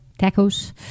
tacos